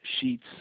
sheets